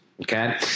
Okay